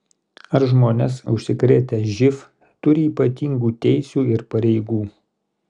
ar žmonės užsikrėtę živ turi ypatingų teisių ir pareigų